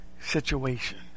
situation